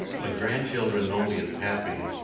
my grandchildren know me as papi,